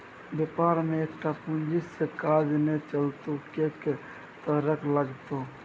बेपार मे एकटा पूंजी सँ काज नै चलतौ कैक तरहक लागतौ